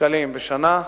שקלים בשנה,